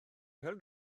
pêl